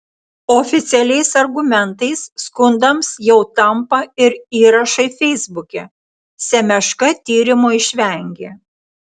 oficialiais argumentais skundams jau tampa ir įrašai feisbuke semeška tyrimo išvengė